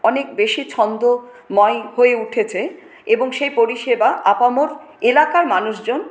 অনেক বেশি ছন্দময় হয়ে উঠেছে এবং সেই পরিষেবা আপামর এলাকার মানুষজন